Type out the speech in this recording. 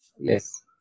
Yes